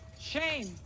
Shame